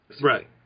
Right